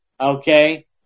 okay